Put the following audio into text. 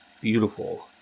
beautiful